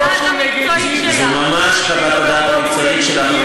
זו ממש לא חוות הדעת המקצועית שלה.